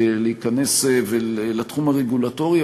להיכנס לתחום הרגולטורי.